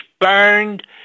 burned